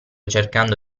cercando